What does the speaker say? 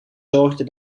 zorgde